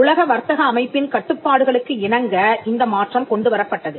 உலக வர்த்தக அமைப்பின் கட்டுப்பாடுகளுக்கு இணங்க இந்த மாற்றம் கொண்டுவரப்பட்டது